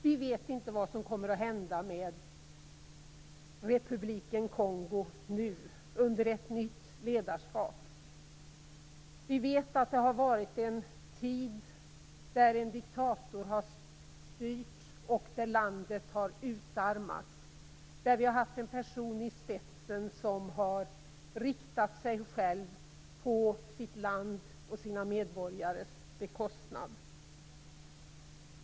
Vi vet inte vad som kommer att hända med Demokratiska republiken Kongo nu, under ett nytt ledarskap. Vi vet att det har varit en tid då en diktator har styrt, då landet har utarmats och då vi har haft en person i spetsen som har riktat sig själv på sitt lands och sina medborgares bekostnad.